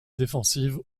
défensives